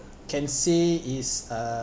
can say is uh